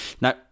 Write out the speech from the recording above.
Now